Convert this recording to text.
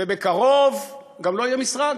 ובקרוב גם לא יהיה משרד,